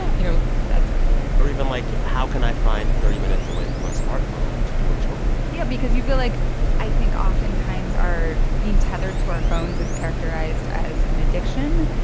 you know, that sort of thing or even, like, how can i find thirty minutes away from my smartphone to do a chore? yeah, because you feel like i think, oftentimes, our being tethered to our phones is characterized as an addiction,